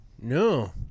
No